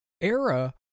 era